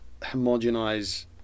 homogenize